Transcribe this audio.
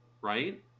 right